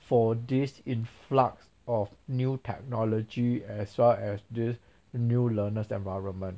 for this influx of new technology as far as this new learners' environment